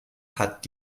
hat